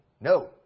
No